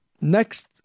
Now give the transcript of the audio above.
next